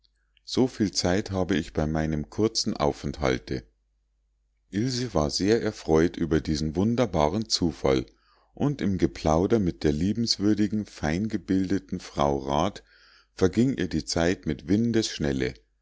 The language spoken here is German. so viel zeit habe ich bei meinem kurzen aufenthalte ilse war sehr erfreut über diesen wunderbaren zufall und im geplauder mit der liebenswürdigen feingebildeten frau rat verging ihr die zeit mit